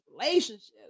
relationships